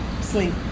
sleep